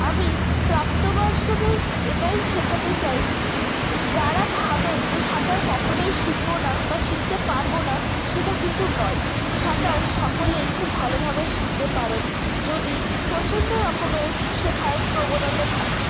আমি প্রাপ্ত বয়স্কদের এটাই শেখাতে চাই যারা ভাবেন যে সাঁতার কখনই শিখবো না বা শিখতে পারবো না সেটা কিন্তু নয় সাঁতার সকলেই খুব ভালোভাবে শিখতে পারেন যদি প্রচণ্ড রকমের শেখার প্রবণতা থাকে